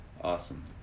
Awesome